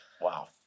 Wow